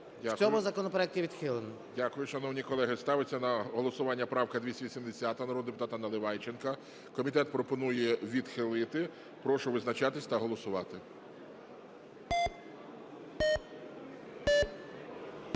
В цьому законопроекті відхилено. ГОЛОВУЮЧИЙ. Дякую. Шановні колеги, ставиться на голосування правка 280 народного депутата Наливайченка. Комітет пропонує відхилити. Прошу визначатись та голосувати.